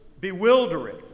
bewildering